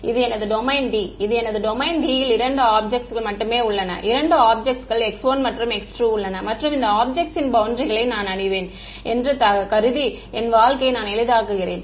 இது எனது domain D எனது டொமைன் D ல் இரண்டு ஆப்ஜெக்ட்ஸ் மட்டுமே உள்ளன இரண்டு ஆப்ஜெக்ட்ஸ் x1 மற்றும் x2 உள்ளன மற்றும் இந்த ஆப்ஜெக்ட்ஸின் பௌண்டரிகளை நான் அறிவேன் என்று கருதி என் வாழ்க்கையை நான் எளிதாக்குகிறேன்